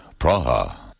Praha